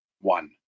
One